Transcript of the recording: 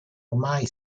ormai